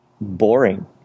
boring